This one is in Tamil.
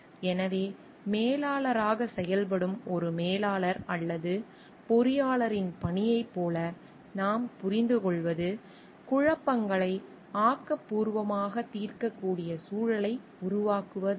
எனவே மேலாளராகச் செயல்படும் ஒரு மேலாளர் அல்லது பொறியாளரின் பணியைப் போல நாம் புரிந்துகொள்வது குழப்பங்களை ஆக்கபூர்வமாகத் தீர்க்கக்கூடிய சூழலை உருவாக்குவதாகும்